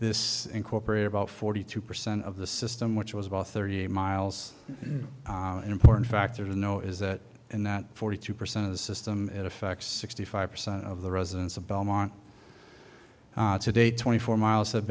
this incorporate about forty two percent of the system which was about thirty eight miles an important factor to know is that in that forty two percent of the system it affects sixty five percent of the residents of belmont today twenty four miles ha